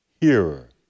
hearer